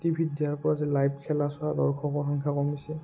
T ভিত দিয়াৰপৰা যে লাইভ খেলা চোৱা দৰ্শকৰ সংখ্যা কমিছে